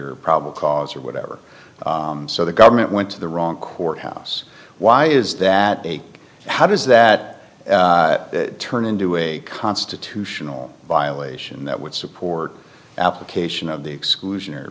your problem cause or whatever so the government went to the wrong court house why is that a how does that turn into a constitutional violation that would support the application of the exclusionary